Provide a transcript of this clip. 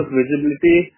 visibility